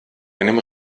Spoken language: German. einem